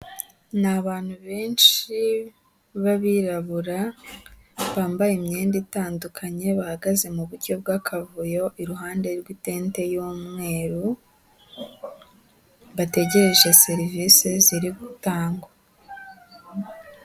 Ni abantu benshi b'abirabura, bambaye imyenda itandukanye, bahagaze mu buryo bw'akavuyo, iruhande rw'itente y'umweru, bategereje serivise ziri gutangwa.